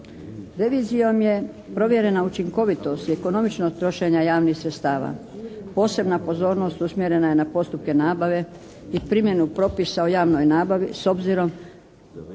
Revizijom je provjerena učinkovitost i ekonomičnost trošenja javnih sredstava. Posebna pozornost usmjerena je na postupke nabave i primjenu propisa o javnoj nabavi s obzirom